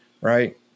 right